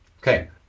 Okay